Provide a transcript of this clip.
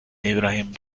ibrahim